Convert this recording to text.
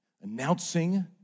announcing